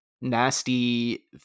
nasty